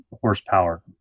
horsepower